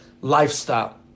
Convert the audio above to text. lifestyle